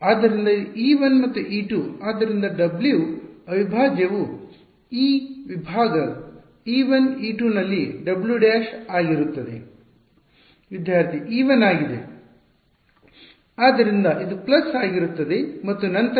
ಆದ್ದರಿಂದ ಇದು e1 ಮತ್ತು e2 ಆದ್ದರಿಂದ W ಅವಿಭಾಜ್ಯವು ಈ ವಿಭಾಗ e1 e2 ನಲ್ಲಿ W ′ ಆಗಿರುತ್ತದೆ ವಿದ್ಯಾರ್ಥಿ e1 ಆಗಿದೆ ಆದ್ದರಿಂದ ಇದು ಪ್ಲಸ್ ಆಗಿರುತ್ತದೆ ಮತ್ತು ನಂತರ